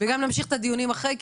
וגם להמשיך את הדיונים אחרי,